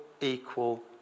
equal